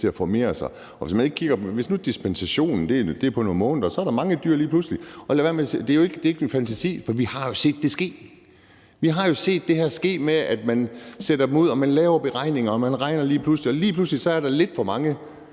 til at formere sig, og hvis nu dispensationen er på nogle måneder, er der lige pludselig mange dyr, og det er ikke min fantasi. For vi har jo set det ske. Vi harset det her med, at man sætter dem ud, at man laver beregninger, at man regner, og at der lige pludselig er lidt for mange